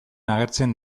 agertzen